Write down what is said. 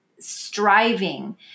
striving